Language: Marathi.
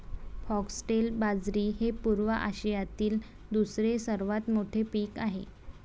फॉक्सटेल बाजरी हे पूर्व आशियातील दुसरे सर्वात मोठे पीक आहे